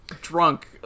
drunk